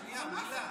שנייה, מילה.